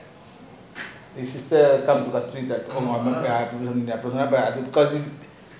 the sister come because